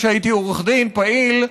כשהייתי עורך דין פעיל,